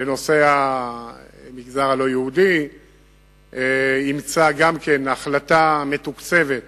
בנושא המגזר הלא-יהודי אימצה החלטה מתוקצבת,